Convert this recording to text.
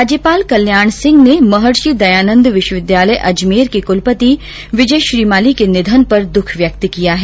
राज्यपाल कल्याण सिंह ने महर्षि दयानन्द विश्वविद्यालय अजमेर के कुलपति विजय श्रीमाली के निधन पर दुःख व्यक्त किया हैं